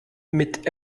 mit